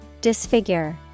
Disfigure